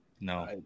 No